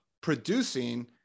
producing